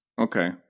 Okay